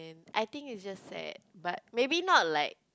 I think is just sad but maybe not like